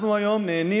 אנחנו היום נהנים